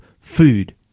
food